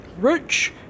rich